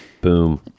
Boom